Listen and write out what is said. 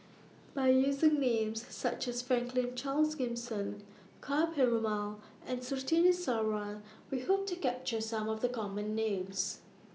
By using Names such as Franklin Charles Gimson Ka Perumal and Surtini Sarwan We Hope to capture Some of The Common Names